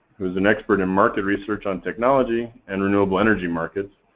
who is an expert in market research on technology, and renewable energy markets,